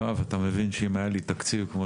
יואב אתה מבין שאם היה לי תקציב כמו